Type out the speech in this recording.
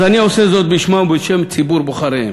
אז אני עושה זאת בשמם ובשם ציבור בוחריהם.